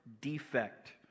defect